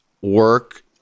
work